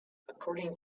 according